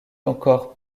encore